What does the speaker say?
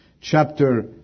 Chapter